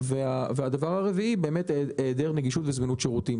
והדבר הרביעי, היעדר נגישות וזמינות שירותים.